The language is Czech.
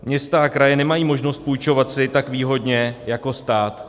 Města a kraje nemají možnost půjčovat si tak výhodně jako stát.